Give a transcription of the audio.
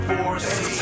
Force